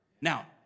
Now